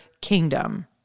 kingdom